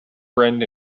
friend